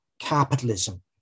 capitalism